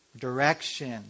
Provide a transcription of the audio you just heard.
Direction